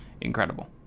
incredible